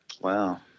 Wow